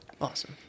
Awesome